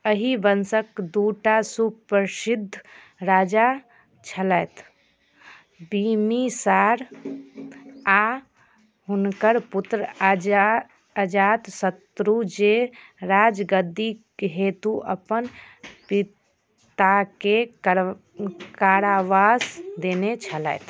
अही वन्शक दूटा सुप्रसिद्ध राजा छलथि बिम्बिसार आ हुनकर पुत्र अजात शत्रु जे राजगद्दीके हेतु अपन पिताके कारावास देने छलथि